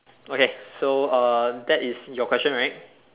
okay so uh that is your question right